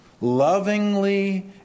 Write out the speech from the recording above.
lovingly